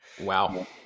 wow